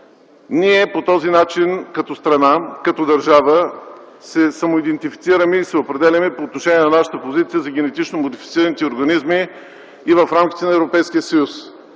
ние по този начин като страна, като държава се самоидентифицираме и се определяме по отношение на нашата позиция за генетично модифицираните организми и в рамките на